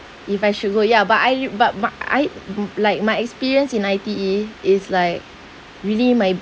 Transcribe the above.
if I should go ya but I but but I mm like my experience in I_T_E is like